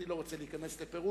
אני לא רוצה להיכנס לפירוט,